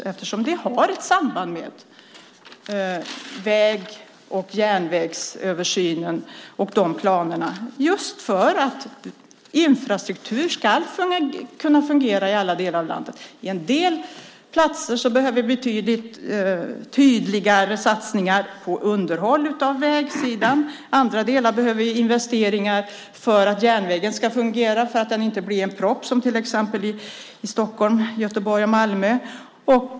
Det har ett samband med väg och järnvägsöversynen och de planerna just för att infrastruktur ska kunna fungera i alla delar av landet. På en del platser behövs det betydligt tydligare satsningar på underhåll av vägar. På andra delar behövs det investeringar för att järnvägen ska fungera. Den får inte bli en propp som till exempel i Stockholm, Göteborg och Malmö.